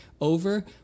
over